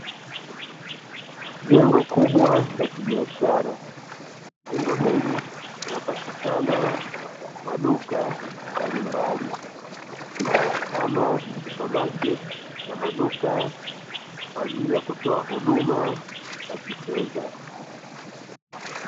Jengo kubwa la kibiashara. Jengo hili kunapatikana maduka mbalimbali kama supamaketi na maduka kwa ajili ya kutoa huduma za kifedha.